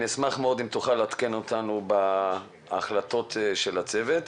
אני אשמח מאוד אם תוכל לעדכן אותנו בהחלטות של הצוות.